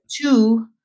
two